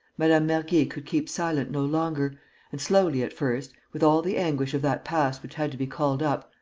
madame mergy could keep silent no longer and, slowly at first, with all the anguish of that past which had to be called up,